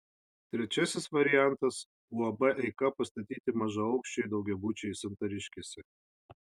trečiasis variantas uab eika pastatyti mažaaukščiai daugiabučiai santariškėse